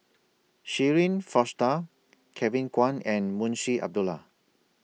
Shirin Fozdar Kevin Kwan and Munshi Abdullah